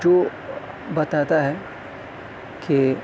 جو بتاتا ہے کہ